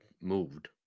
moved